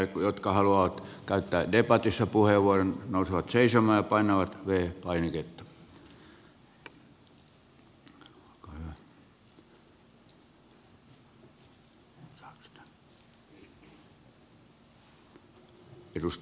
ne jotka haluavat käyttää debatissa puheenvuoron nousevat seisomaan ja painavat v painiketta